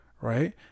Right